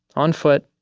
on foot,